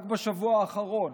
רק בשבוע האחרון